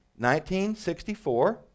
1964